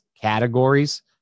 categories